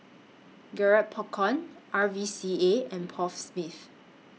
Garrett Popcorn R V C A and Paul Smith